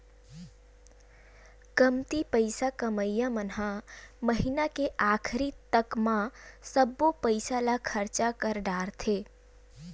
कमती पइसा कमइया मन ह महिना के आखरी तक म सब्बो पइसा ल खरचा कर डारथे